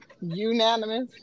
unanimous